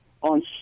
on